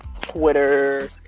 Twitter